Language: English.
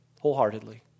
wholeheartedly